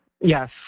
Yes